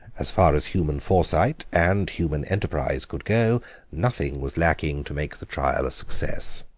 as far as human foresight and human enterprise could go nothing was lacking to make the trial a success.